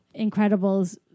Incredibles